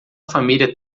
família